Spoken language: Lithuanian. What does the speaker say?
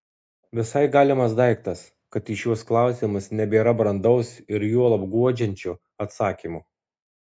visai galimas daiktas kad į šiuos klausimus nebėra brandaus ir juolab guodžiančio atsakymo